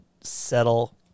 settle